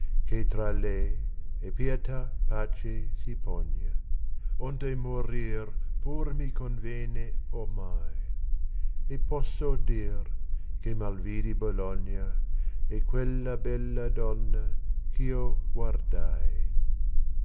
che tra lei e pietà pace si pogna onde morir pur mi pouvene ornai e posso dir che mal vidi bologna e quella beila donna eh io guardai